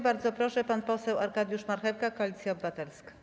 Bardzo proszę, pan poseł Arkadiusz Marchewka, Koalicja Obywatelska.